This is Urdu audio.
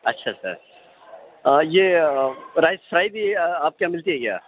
اچھا اچھا یہ رائز فرائی بھی آپ کے یہاں ملتی ہے کیا